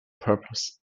purpose